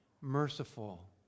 merciful